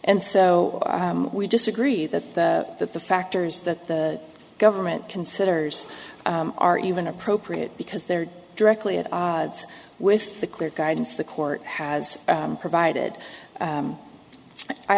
and so we disagree that that the factors that the government considers are even appropriate because they're directly at odds with the clear guidance the court has provided